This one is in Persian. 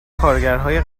کارگرهای